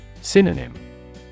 Synonym